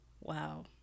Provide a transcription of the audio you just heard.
Wow